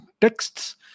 texts